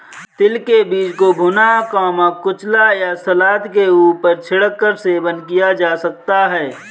तिल के बीज को भुना, कुचला या सलाद के ऊपर छिड़क कर सेवन किया जा सकता है